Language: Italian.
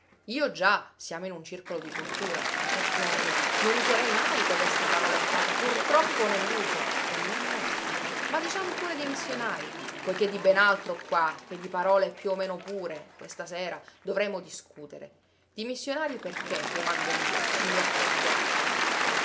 io già siamo in un circolo di cultura mi perdoni non userei mai codesta parola entrata purtroppo nell'uso e non nostra ma diciam pure dimissionarii poiché di ben altro qua che di parole più o meno pure questa sera dovremo discutere dimissionarii perché domando io signor presidente